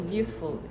useful